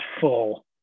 full